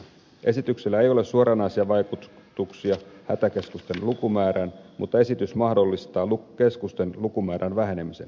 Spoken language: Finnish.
esityksellä ei ole suoranaisia vaikutuksia hätäkeskusten lukumäärään mutta esitys mahdollistaa keskusten lukumäärän vähenemisen